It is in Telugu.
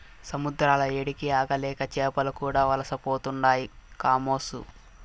సముద్రాల ఏడికి ఆగలేక చేపలు కూడా వలసపోతుండాయి కామోసు